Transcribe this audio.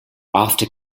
after